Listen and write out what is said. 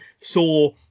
saw